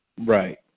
Right